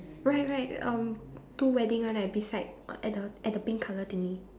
right right um two wedding one right beside uh at the at the pink colour thingy